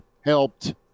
helped